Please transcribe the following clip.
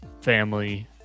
family